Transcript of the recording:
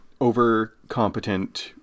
overcompetent